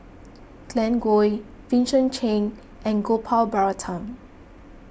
Glen Goei Vincent Cheng and Gopal Baratham